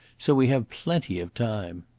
so we have plenty of time.